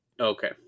Okay